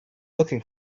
looking